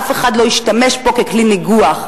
אף אחד לא ישתמש בו ככלי ניגוח.